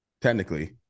Technically